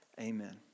Amen